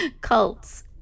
Cults